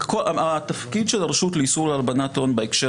תפקיד הרשות לאיסור הלבנת הון בהקשר